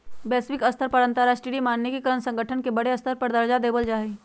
वैश्विक स्तर पर अंतरराष्ट्रीय मानकीकरण संगठन के बडे स्तर पर दर्जा देवल जा हई